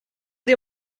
dir